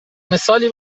مثالی